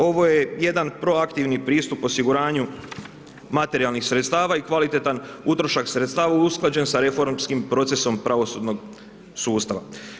Ovo je jedan proaktivni pristup osiguranju materijalnih sredstava i kvalitetan utrošak sredstava usklađen sa reformskim procesom pravosudnog sustava.